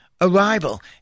Arrival